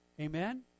Amen